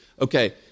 okay